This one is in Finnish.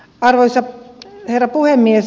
arvoisa herra puhemies